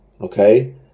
okay